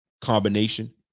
combination